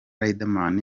riderman